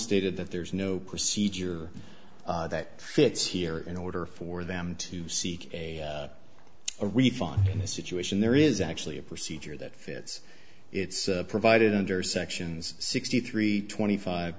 stated that there is no procedure that fits here in order for them to seek a refund in this situation there is actually a procedure that fits it's provided under sections sixty three twenty five